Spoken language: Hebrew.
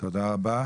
לסיום,